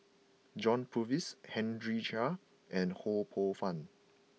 John Purvis Henry Chia and Ho Poh Fun